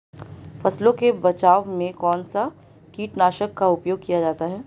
फसलों के बचाव में कौनसा कीटनाशक का उपयोग किया जाता है?